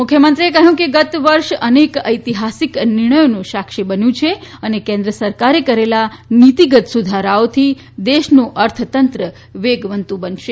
મુખ્યમંત્રીએ કહ્યું કે ગત વર્ષ અનેક ઐતિહાસિક નિર્ણયોનું સાક્ષી બન્યું છે અને કેન્દ્ર સરકારે કરેલા નીતિગત સુધારાઓથી દેશનું અર્થતંત્ર વેગવતું બનશે